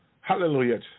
Hallelujah